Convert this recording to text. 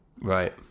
Right